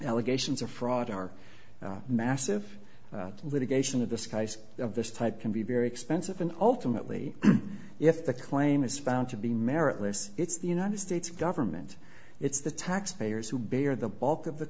allegations of fraud are massive litigation of the skies of this type can be very expensive and ultimately if the claim is found to be meritless it's the united states government it's the taxpayers who bear the bulk of the